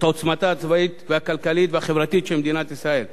את עוצמתה הצבאית והכלכלית והחברתית של מדינת ישראל,